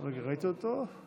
הרגע ראיתי אותו.